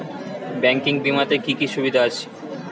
Banking বিমাতে কি কি সুবিধা আছে?